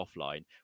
offline